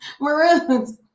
maroons